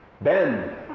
Ben